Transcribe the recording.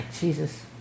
Jesus